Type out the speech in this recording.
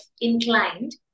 inclined